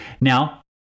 Now